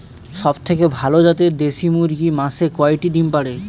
সবথেকে ভালো জাতের দেশি মুরগি মাসে কয়টি ডিম পাড়ে?